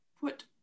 put